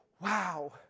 wow